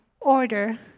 order